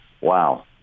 Wow